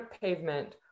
Pavement